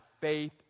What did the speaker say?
faith